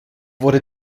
wurde